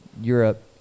Europe